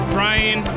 Brian